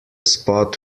spot